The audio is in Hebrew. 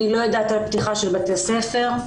אני לא יודעת על פתיחה של בתי ספר.